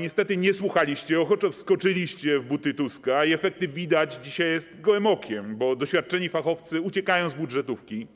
Niestety nie słuchaliście, ochoczo wskoczyliście w buty Tuska i efekty widać dzisiaj gołym okiem, bo doświadczeni fachowcy uciekają z budżetówki,